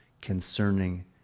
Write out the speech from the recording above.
concerning